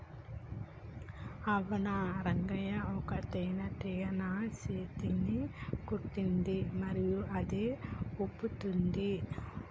అవును రంగయ్య ఒక తేనేటీగ నా సేతిని కుట్టింది మరియు అది ఉబ్బుతోంది